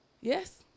Yes